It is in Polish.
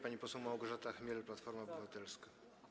Pani poseł Małgorzata Chmiel, Platforma Obywatelska.